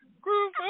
groove